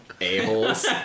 A-holes